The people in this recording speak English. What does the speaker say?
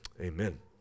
amen